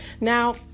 Now